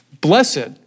Blessed